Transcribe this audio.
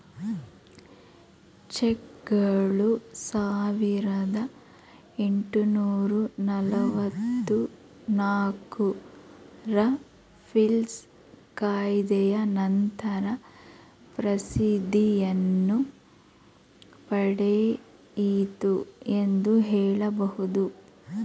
ಚೆಕ್ಗಳು ಸಾವಿರದ ಎಂಟುನೂರು ನಲವತ್ತು ನಾಲ್ಕು ರ ಪೀಲ್ಸ್ ಕಾಯಿದೆಯ ನಂತರ ಪ್ರಸಿದ್ಧಿಯನ್ನು ಪಡೆಯಿತು ಎಂದು ಹೇಳಬಹುದು